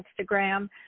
Instagram